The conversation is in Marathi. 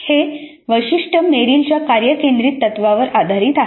हे वैशिष्ट्य मेरिलच्या कार्य केंद्रित तत्त्वावर आधारित आहे